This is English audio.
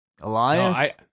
Elias